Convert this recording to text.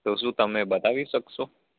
તો શું તમે બતાવી શકશો